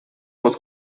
was